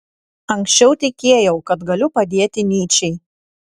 anksčiau tikėjau kad galiu padėti nyčei